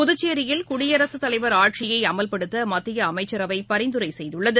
புதுச்சேரியில் குடியரசுத்தலைவர் ஆட்சியைஅமல்படுத்தமத்தியஅமைச்சரவைபரிந்துரைசெய்துள்ளது